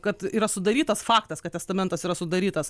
kad yra sudarytas faktas kad testamentas yra sudarytas